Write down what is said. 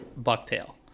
bucktail